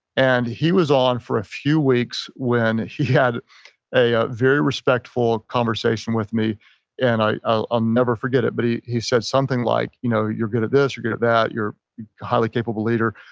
and he was on for a few weeks when he had a a very respectful conversation with me and i'll um never forget it. but he he said something like you know you're good at this, you're good at that, you're highly capable leader.